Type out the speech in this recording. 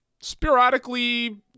sporadically